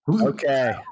Okay